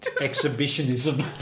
exhibitionism